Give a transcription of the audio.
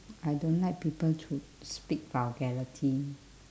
I don't like people to speak vulgarity